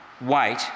Wait